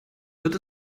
wird